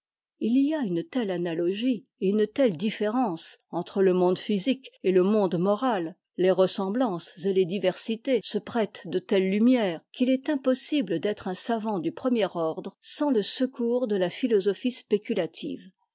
il y a une telle analogie et une telle différence entre le monde physique et le monde moral les ressemblances et les diversités se prêtent de telles lumières qu'il est impossible d'être un savant du premier ordre sans le secours de la philosophie spéculative